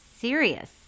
serious